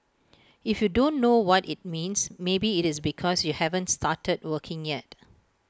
if you don't know what IT means maybe IT is because you haven't started working yet